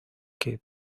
que